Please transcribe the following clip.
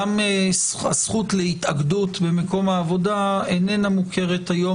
גם הזכות להתאגדות במקום העבודה איננה מוכרת היום